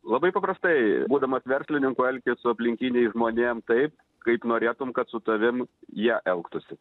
labai paprastai būdamas verslininku elkis su aplinkiniais žmonėm taip kaip norėtum kad su tavim jie elgtųsi